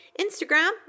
Instagram